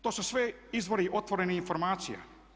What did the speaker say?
To su sve izvori otvorenih informacija.